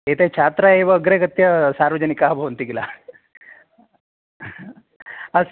एते छात्राः एव अग्रे गत्वा सार्वजनिकाः भवन्ति किल अस्